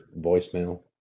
voicemail